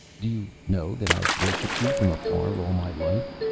did you know that i've worshipped you from afar all my life?